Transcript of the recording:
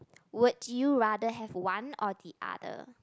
would you rather have one or the other